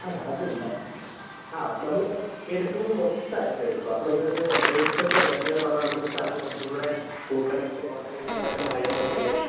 ആ അത് വേണ്ട ആ നമ്മൾ എടുക്കുമ്പം മൊത്തമായിട്ടേ എടുക്കൂ അപ്പം നിങ്ങൾക്ക് എത്ര ദിവസത്തേയ്ക്കാ വേണ്ടതെന്ന് പറഞ്ഞാൽ നമുക്ക് സ്ഥലം കുറച്ചുംകൂടെ കൂട്ടണമെങ്കിൽ കുറയ്ക്കണമെങ്കിൽ പെട്ടന്നറിയാൻ പറ്റുമായിരുന്നു